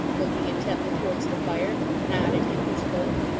looking intently towards the fire, and not at him who spoke.